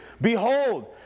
Behold